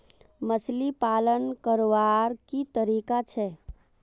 मछली पालन करवार की तरीका छे?